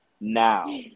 Now